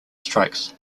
strikes